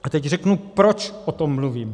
A teď řeknu, proč o tom mluvím.